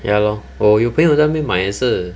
ya lor 我又朋友在那边买也是